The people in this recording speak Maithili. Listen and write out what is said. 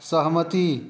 सहमति